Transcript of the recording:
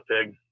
pig